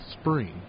spring